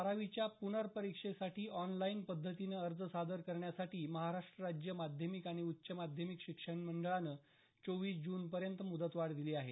बारावीच्या पुनरपरिक्षेसाठी ऑनलाईन पद्धतीनं अर्ज सादर करण्यासाठी महाराष्ट्र राज्य माध्यमिक आणि उच्च माध्यमिक शिक्षण मंडळानं चोवीस जूनपर्यंत मुद्तवाढ दिली आहे